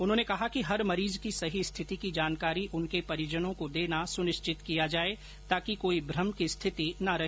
उन्होंने कहा कि हर मरीज की सही स्थिति की जानकारी उनके परिजनों को देना सुनिश्चित किया जाए ताकि कोई भ्रम की स्थिति न रहे